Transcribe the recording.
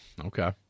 okay